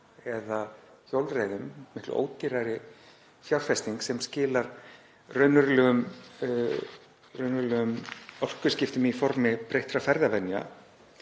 eða hjólreiðum, miklu ódýrari fjárfestingu sem skilar raunverulegum orkuskiptum í formi breyttra ferðavenja.